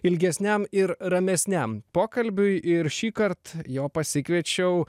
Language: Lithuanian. ilgesniam ir ramesniam pokalbiui ir šįkart jo pasikviečiau